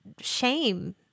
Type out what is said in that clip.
shame